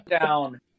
down